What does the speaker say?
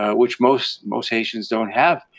which most most haitians don't have,